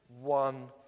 one